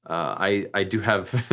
i do have,